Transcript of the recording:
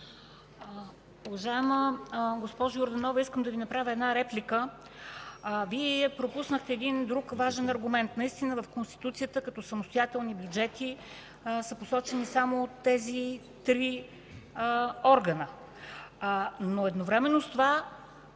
Уважаема госпожо Йорданова, искам да Ви направя реплика. Вие пропуснахте друг важен аргумент. Наистина в Конституцията като самостоятелни бюджети са посочени само тези три органа, но едновременно с това,